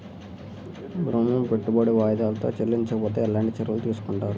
ఋణము పెట్టుకున్న వాయిదాలలో చెల్లించకపోతే ఎలాంటి చర్యలు తీసుకుంటారు?